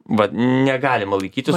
vat negalima laikytinos